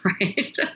right